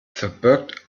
verbirgt